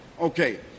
Okay